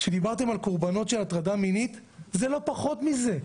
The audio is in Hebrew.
כשדיברתם על קורבנות של הטרדה מינית זה לא פחות מזה.